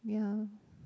yeah